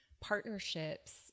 partnerships